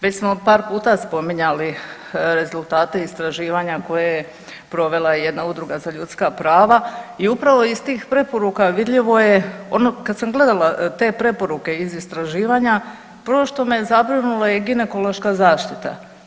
Već smo par puta spominjali rezultate istraživanja koje je provela jedna Udruga za ljudska prava i upravo iz tih preporuka vidljivo je, ono kada sam gledala te preporuke iz istraživanja prvo što me je zabrinulo je ginekološka zaštita.